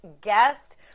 guest